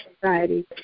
Society